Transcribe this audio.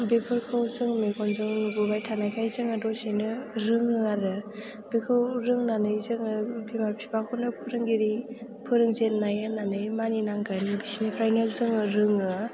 बेफोरखौ जों मेगनजों नुबोबाय थानायखाय जोङो द'सेनो रोङो आरो बेखौ रोंनानै जोङो बिमा बिफाखौनो फोरोंगिरि फोरोंजेननाय होननानै मानिनांगोन बिसोरनिफ्रायनो जोङो रोङो